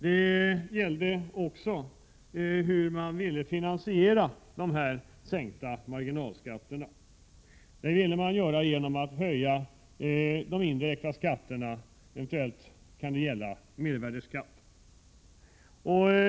Det handlade även om på vilket sätt man ville finansiera sänkningen av marginalskatterna, nämligen genom en höjning av de indirekta skatterna, eventuellt mervärdeskatten.